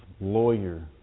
lawyer